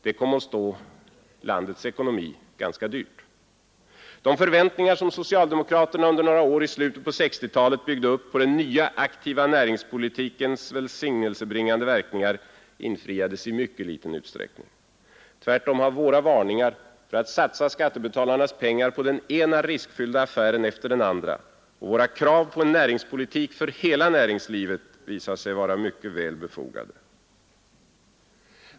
Det kom att stå landets ekonomi ganska dyrt. De förväntningar som socialdemokraterna under några år i slutet på 1960-talet byggde upp på den ”nya, aktiva” näringspolitikens välsignelsebringande verkningar infriades i mycket liten utsträckning. Tvärtom har våra varningar för att satsa skattebetalarnas pengar på den ena riskfyllda affären efter den andra och våra krav på en näringspolitik för hela näringslivet visat sig starkt befogade.